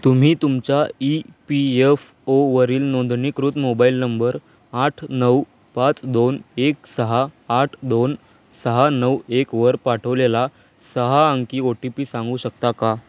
तुम्ही तुमच्या E P F ओवरील नोंदणीकृत मोबाईल नंबर आठ नऊ पाच दोन एक सहा आठ दोन सहा नऊ एकवर पाठवलेला सहा अंकी ओ टी पी सांगू शकता का